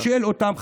אני שואל אתכם,